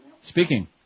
Speaking